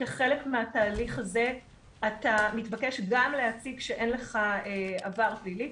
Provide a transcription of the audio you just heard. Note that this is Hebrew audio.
כחלק מהתהליך הזה אתה מתבקש גם להציג שאין לך עבר פלילי,